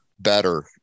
better